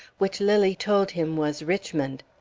which lilly told him was richmond.